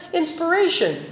inspiration